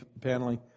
paneling